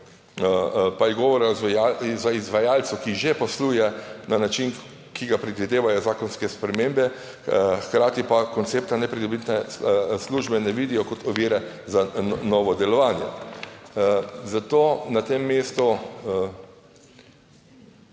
pa je govora o izvajalcu, ki že posluje na način, ki ga predvidevajo zakonske spremembe, hkrati pa koncepta nepridobitne službe ne vidijo kot ovire za novo delovanje. Zato na tem mestu